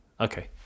okay